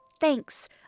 Thanks